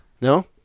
No